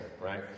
right